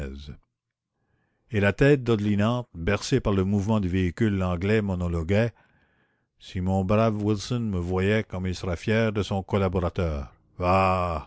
et la tête dodelinante bercé par le mouvement du véhicule l'anglais monologuait si mon brave wilson me voyait comme il serait fier de son collaborateur bah